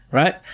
right?